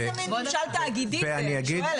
איזה מן ממשל תאגידי זה, אני שואלת.